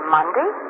Monday